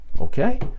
Okay